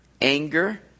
anger